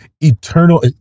eternal